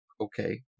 okay